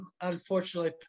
unfortunately